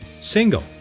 Single